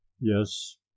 yes